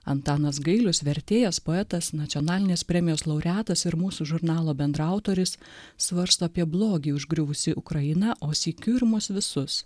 antanas gailius vertėjas poetas nacionalinės premijos laureatas ir mūsų žurnalo bendraautoris svarsto apie blogį užgriuvusi ukrainą o sykiu ir mus visus